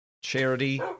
Charity